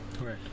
right